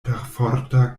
perforta